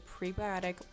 prebiotic